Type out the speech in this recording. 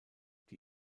die